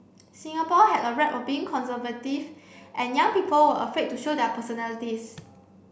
Singapore had a rep of being conservative and young people were afraid to show their personalities